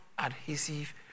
Adhesive